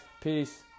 peace